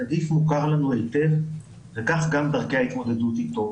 הנגיף מוכר לנו היטב וכך גם דרכי ההתמודדות אתו.